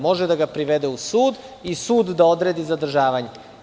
Može da ga privede u sud i sud da odredi zadržavanje.